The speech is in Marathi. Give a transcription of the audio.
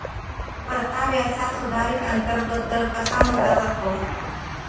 परताव्याचा सुधारित अंतर्गत दर कसा मोजला जातो?